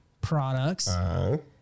products